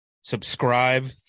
Subscribe